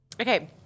Okay